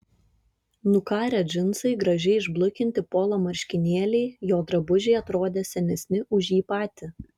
nukarę džinsai gražiai išblukinti polo marškinėliai jo drabužiai atrodė senesni už jį patį